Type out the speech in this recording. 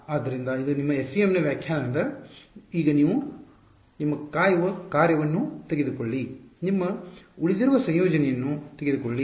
ಆದ್ದರಿಂದ ಇದು ನಿಮ್ಮದು FEM ನ ವ್ಯಾಖ್ಯಾನವು ಈಗ ನಿಮ್ಮ ಕಾಯುವ ಕಾರ್ಯವನ್ನು ತೆಗೆದುಕೊಳ್ಳಿ ನಿಮ್ಮ ಉಳಿದಿರುವ ಸಂಯೋಜನೆಯನ್ನು ತೆಗೆದುಕೊಳ್ಳಿ